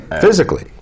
physically